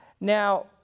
Now